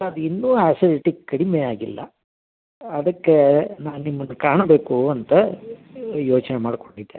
ಅದು ಇನ್ನೂ ಅಸಿಡಿಟಿ ಕಡಿಮೆ ಆಗಿಲ್ಲ ಅದಕ್ಕೆ ನಾನು ನಿಮ್ಮನ್ನು ಕಾಣಬೇಕು ಅಂತ ಯೋಚನೆ ಮಾಡಿಕೊಂಡಿದ್ದೆ